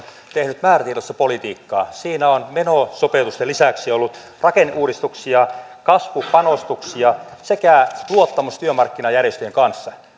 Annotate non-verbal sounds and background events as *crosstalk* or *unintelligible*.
tehnyt määrätietoista politiikkaa siinä on menosopeutusten lisäksi ollut rakenneuudistuksia kasvupanostuksia sekä luottamus työmarkkinajärjestöjen kanssa *unintelligible*